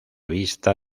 vista